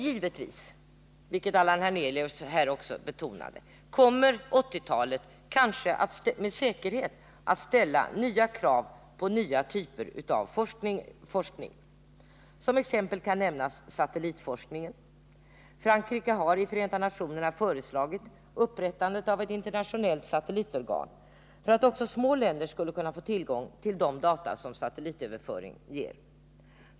Men, som också Allan Hernelius betonade, 1980-talet kommer givetvis med säkerhet att ställa nya krav på nya typer av forskning. Som exempel kan nämnas satellitforskning. Frankrike har i Förenta nationerna föreslagit upprättandet av ett internationellt satellitorgan för att också små länder skulle kunna få tillgång till de data som satellitöverföring ger.